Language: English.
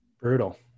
Brutal